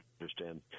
understand